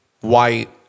white